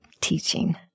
teaching